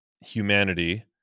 humanity